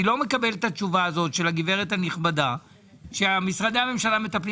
אני לא מקבל את התשובה של הגברת הנכבדה שמשרדי הממשלה מטפלים.